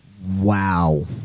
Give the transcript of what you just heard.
Wow